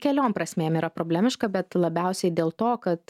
keliom prasmėm yra problemiška bet labiausiai dėl to kad